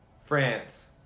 France